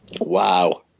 wow